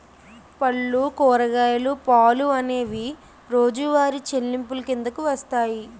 పళ్ళు కూరగాయలు పాలు అనేవి రోజువారి చెల్లింపులు కిందకు వస్తాయి